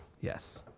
Yes